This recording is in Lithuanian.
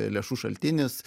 lėšų šaltinis